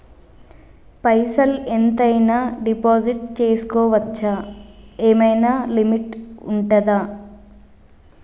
పైసల్ ఎంత అయినా డిపాజిట్ చేస్కోవచ్చా? ఏమైనా లిమిట్ ఉంటదా?